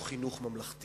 שהוא חינוך ממלכתי,